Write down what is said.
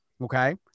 okay